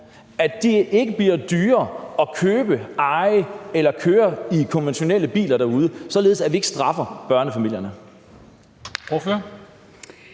at det ikke bliver dyrere at købe, eje eller køre i konventionelle biler derude, således at vi ikke straffer børnefamilierne? Kl.